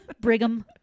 Brigham